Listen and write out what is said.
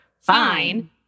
fine